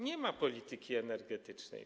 Nie ma polityki energetycznej.